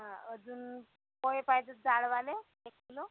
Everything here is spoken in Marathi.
हा अजून पोहे पाहिजेत जाडवाले एक किलो